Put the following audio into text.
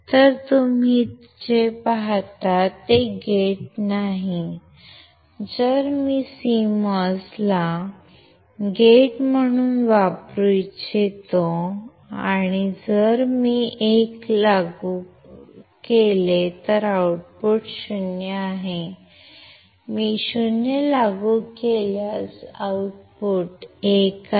तर तुम्ही जे पाहता ते गेट नाही जर मी CMOS ला नॉट गेट म्हणून वापरू इच्छितो जर मी 1 ला लागू केले तर आउटपुट 0 आहे मी 0 लागू केल्यास आउटपुट 1 आहे